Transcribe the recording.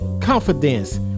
Confidence